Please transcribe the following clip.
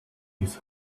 his